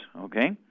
okay